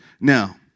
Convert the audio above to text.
Now